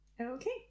Okay